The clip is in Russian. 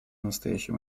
настоящий